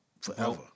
Forever